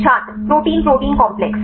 छात्र protein protein complex